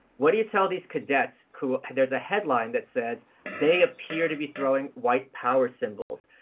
what do you tell these cadets who, there's a headline that says they appear to be throwing white power symbols?